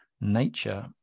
nature